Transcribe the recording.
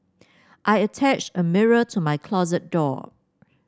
I attached a mirror to my closet door